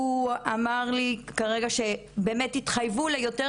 הוא אמר לי כרגע שבאמת התחייבו ליותר